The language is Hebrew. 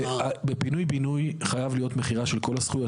בפינוי בינוי, חייבת להיות מכירה של כל הזכויות.